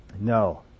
No